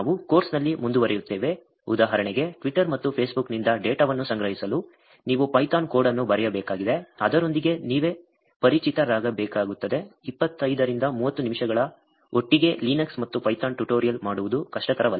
ನಾವು ಕೋರ್ಸ್ನಲ್ಲಿ ಮುಂದುವರಿಯುತ್ತೇವೆ ಉದಾಹರಣೆಗೆ Twitter ಮತ್ತು Facebook ನಿಂದ ಡೇಟಾವನ್ನು ಸಂಗ್ರಹಿಸಲು ನೀವು ಪೈಥಾನ್ ಕೋಡ್ ಅನ್ನು ಬರೆಯಬೇಕಾಗಿದೆ ಅದರೊಂದಿಗೆ ನೀವೇ ಪರಿಚಿತರಾಗಿರಬೇಕಾಗುತ್ತದೆ 25 ರಿಂದ 30 ನಿಮಿಷಗಳ ಒಟ್ಟಿಗೆ ಲಿನಕ್ಸ್ ಮತ್ತು ಪೈಥಾನ್ ಟ್ಯುಟೋರಿಯಲ್ ಮಾಡುವುದು ಕಷ್ಟಕರವಲ್ಲ